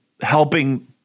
helping